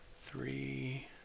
three